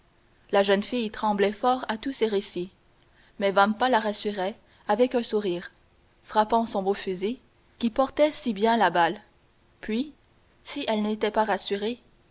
la jeune fille tremblait fort à tous ces récits mais vampa la rassurait avec un sourire frappant son bon fusil qui portait si bien la balle puis si elle n'était pas rassurée